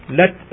let